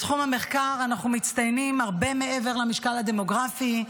בתחום המחקר אנחנו מצטיינים הרבה מעבר למשקל הדמוגרפי.